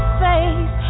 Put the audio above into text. face